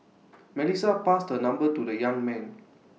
Melissa passed her number to the young man